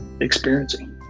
experiencing